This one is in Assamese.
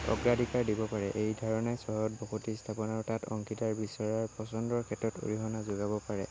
অগ্ৰাধিকাৰ দিব পাৰে এই ধাৰণাই চহৰত বসতি স্থাপনতাত অংশীদাৰ বিচৰাৰ পছন্দৰ ক্ষেত্ৰত অৰিহণা যোগাব পাৰে